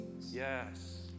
Yes